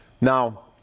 Now